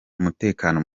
umutekano